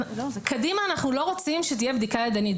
קדימה אנחנו לא רוצים שתהיה בדיקה ידנית.